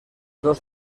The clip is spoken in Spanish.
dos